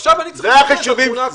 ועכשיו אני צריך לראות את התמונה הכוללת.